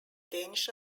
danish